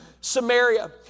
Samaria